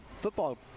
football